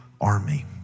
army